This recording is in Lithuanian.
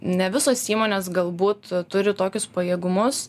ne visos įmonės galbūt turi tokius pajėgumus